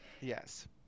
yes